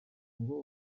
ngo